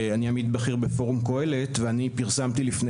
אני עמית בכיר בפורום קהלת ואני פרסמתי לפני